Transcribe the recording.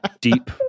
deep